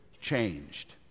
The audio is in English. changed